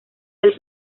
del